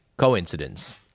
Coincidence